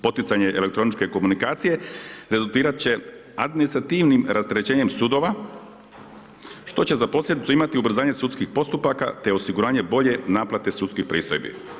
Poticanje elektroničke komunikacije rezultirat će administrativnim rasterećenjem sudova, što će za posljedicu imati ubrzanje sudskih postupaka te osiguranje bolje naplate sudskih pristojbi.